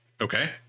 Okay